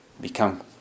become